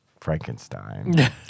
Frankenstein